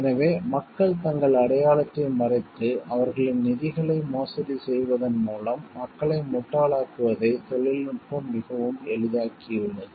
எனவே மக்கள் தங்கள் அடையாளத்தை மறைத்து அவர்களின் நிதிகளை மோசடி செய்வதன் மூலம் மக்களை முட்டாளாக்குவதை தொழில்நுட்பம் மிகவும் எளிதாக்கியுள்ளது